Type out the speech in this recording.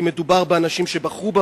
כי מדובר באנשים שבחרו בה,